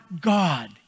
God